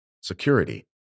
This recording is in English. security